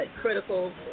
critical